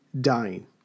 dying